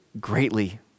greatly